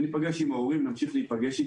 נמשיך להיפגש עם ההורים,